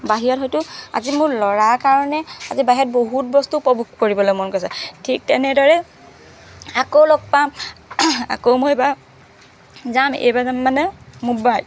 বাহিৰত হয়তো আজি মোৰ ল'ৰাৰ কাৰণে আজি বাহিৰত বহুত বস্তু উপভোগ কৰিবলৈ মন গৈছে ঠিক তেনেদৰে আকৌ লগ পাম আকৌ মই এইবাৰ যাম এইবাৰ যাম মানে মুম্বাই